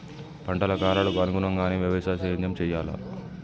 పంటల కాలాలకు అనుగుణంగానే వ్యవసాయ సేద్యం చెయ్యాలా?